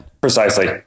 Precisely